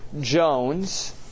Jones